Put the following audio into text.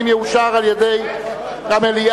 הנה, אושר על-ידי המליאה.